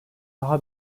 daha